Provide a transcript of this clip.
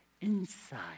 inside